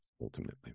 ultimately